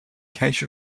cache